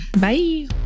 Bye